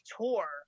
tour